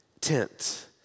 tent